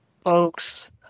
folks